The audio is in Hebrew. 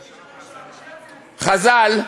חז"ל,